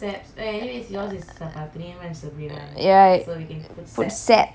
ya put sab !wow!